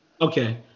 Okay